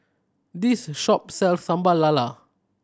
this shop sells Sambal Lala